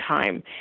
time